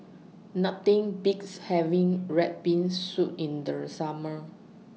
Nothing Beats having Red Bean Soup in The Summer